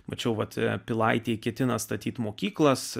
mačiau vat ir pilaitėje ketina statyti mokyklas